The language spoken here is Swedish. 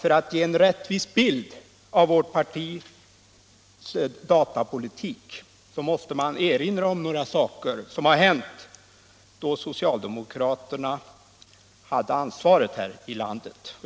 För att ge en rättvis bild av vårt partis personregister datapolitik måste man erinra om några saker som har hänt då socialdemokraterna hade ansvaret här i landet.